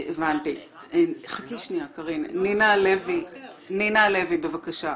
נינה הלוי, בבקשה,